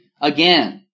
again